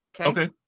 Okay